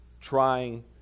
trying